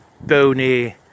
bony